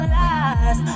lies